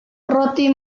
roti